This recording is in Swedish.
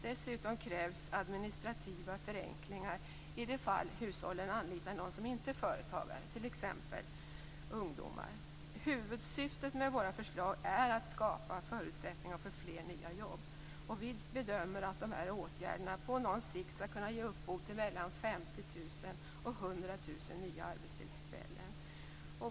Dessutom krävs administrativa förenklingar i de fall hushållen anlitar någon som inte är företagare, t.ex. Huvudsyftet med våra förslag är att skapa förutsättningar för fler nya jobb. Vi bedömer att de här åtgärderna på sikt skall kunna ge upphov till mellan 50 000 och 100 000 nya arbetstillfällen.